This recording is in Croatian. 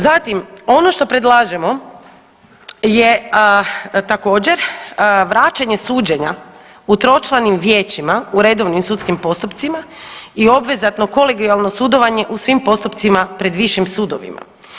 Zatim ono što predlažemo je također vraćanje suđenja u tročlanim vijećima u redovnim sudskim postupcima i obvezatno kolegijalno sudovanje u svim postupcima pred višim sudovima.